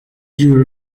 you